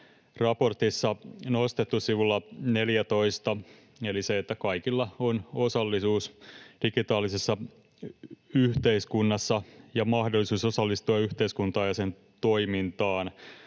raportissa nostettu sivulla 14, eli sen, että kaikilla on osallisuus digitaalisessa yhteiskunnassa ja mahdollisuus osallistua yhteiskuntaan ja sen toimintaan.